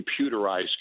computerized